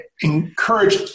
encourage